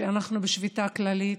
כשאנחנו בשביתה כללית,